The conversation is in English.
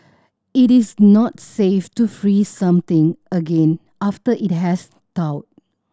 it is not safe to freeze something again after it has thawed